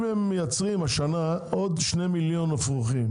אם מייצרים השנה עוד 2,000,000 אפרוחים,